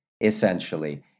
Essentially